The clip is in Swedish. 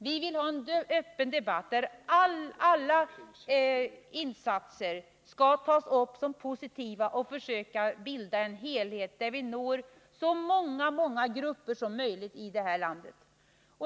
Vi vill ha en öppen debatt, där alla insatser skall tas upp som positiva och vi av dessa skall försöka bilda en helhet där vi når så många grupper som möjligt i detta land.